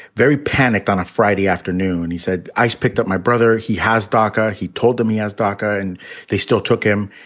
very panicked on a friday afternoon. he said ice picked up my brother. he has doca. he told them he has doca and they still took him.